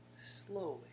Slowly